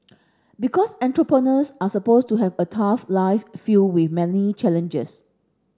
because entrepreneurs are supposed to have a tough life filled with many challenges